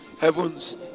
heavens